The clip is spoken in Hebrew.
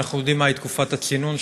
אנחנו יודעים מהי תקופת הצינון,